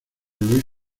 louis